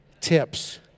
tips